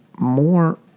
more